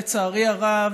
לצערי הרב,